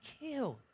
killed